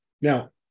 now